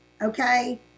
okay